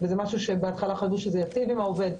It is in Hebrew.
למרות שבהתחלה חשבו שזה ייטיב עם העובד.